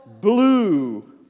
blue